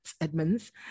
Edmonds